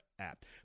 app